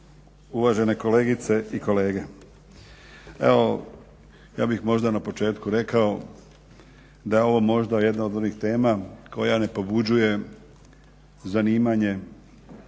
uvažene kolegice i kolege. Evo ja bih možda na početku rekao da je ovo možda jedna od onih tema koja ne pobuđuje zanimanje